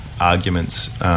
arguments